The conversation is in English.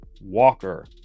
Walker